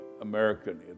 American